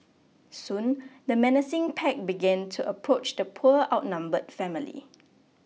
soon the menacing pack began to approach the poor outnumbered family